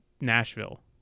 Nashville